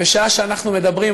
ובשעה שאנחנו מדברים,